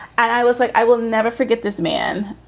and i was like, i will never forget this man